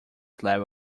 slab